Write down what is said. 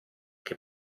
che